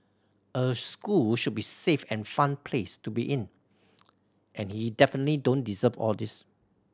a school should be safe and fun place to be in and he definitely don't deserve all these